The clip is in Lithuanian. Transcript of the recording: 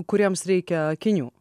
kuriems reikia akinių